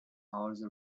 horse